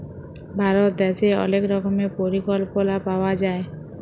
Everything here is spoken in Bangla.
ভারত দ্যাশে অলেক রকমের পরিকল্পলা পাওয়া যায়